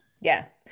Yes